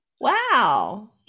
Wow